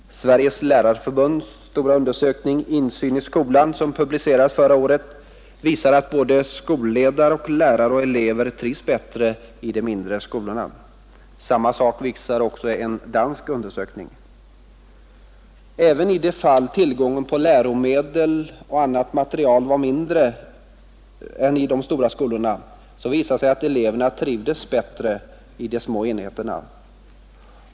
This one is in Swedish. Sveriges lärarförbunds stora undersökning Insyn i skolan, som publicerades förra året, visar att både skolledare och lärare och elever trivs bättre i de mindre skolorna. Samma sak visar en dansk undersökning. Även i de fall tillgången på läromedel och annan materiel var mindre än i de stora skolorna visade det sig att eleverna trivdes bättre i de små skolorna.